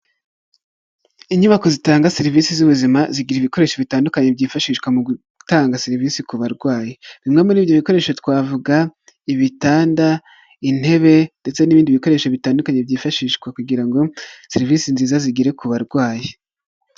Inyubako zitanga serivisi z'ubuzima, zigira ibikoresho bitandukanye byifashishwa mu gutanga serivisi ku barwayi, bimwe muri ibyo bikoresho twavuga ibitanda, intebe ndetse n'ibindi bikoresho bitandukanye byifashishwa, kugira ngo serivisi nziza zigere ku barwayi.